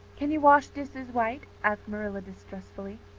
can you wash dishes right? asked marilla distrustfully.